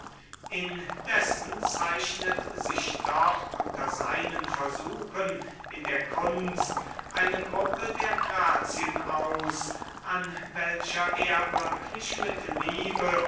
indessen zeichnet sich doch unter seinen versuchen in der kunst eine gruppe der grazien aus an welcher er wirklich mit liebe